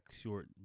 short